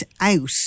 out